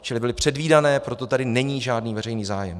Čili byly předvídané, proto tady není žádný veřejný zájem.